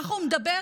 ככה הוא מדבר,